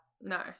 no